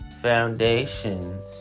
foundations